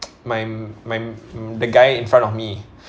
my my the guy in front of me